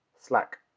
Slack